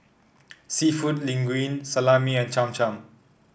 seafood Linguine Salami and Cham Cham